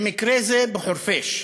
במקרה זה בחורפיש,